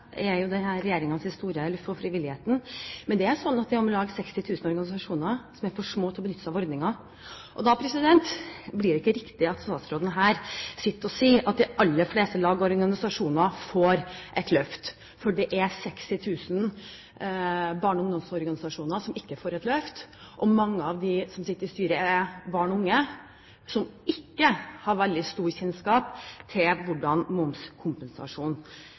er jo denne regjeringens store løft for frivilligheten. Men det er sånn at om lag 60 000 organisasjoner er for små til å benytte seg av ordningen. Da blir det ikke riktig når statsråden står her og sier at de aller fleste lag og organisasjoner får et løft. For det er 60 000 barne- og ungdomsorganisasjoner som ikke får et løft. Og mange av de som sitter i styrene, er barn og unge som ikke har veldig stor kjennskap til hvordan